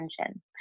attention